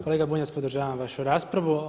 Kolega Bunjac podržavam vašu raspravu.